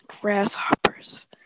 Grasshoppers